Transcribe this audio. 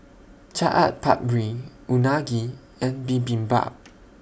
Chaat Papri Unagi and Bibimbap